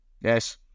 yes